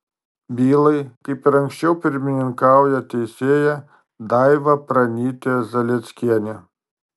bylai kaip ir anksčiau pirmininkauja teisėja daiva pranytė zalieckienė